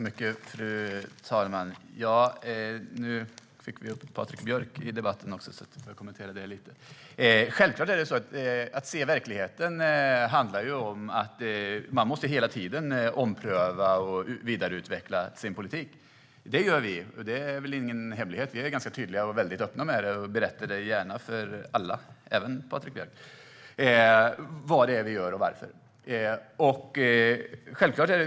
Fru talman! Nu fick vi upp Patrik Björck i debatten också, och jag vill kommentera hans anförande lite. Att man ser verkligheten innebär självklart att man hela tiden måste ompröva och vidareutveckla sin politik. Det gör vi, och det är väl ingen hemlighet. Vi är tydliga och öppna med det. Vi berättar gärna för alla, även Patrik Björck, vad vi gör och varför.